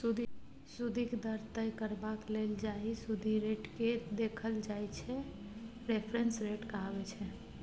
सुदिक दर तय करबाक लेल जाहि सुदि रेटकेँ देखल जाइ छै रेफरेंस रेट कहाबै छै